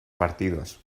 partidos